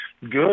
good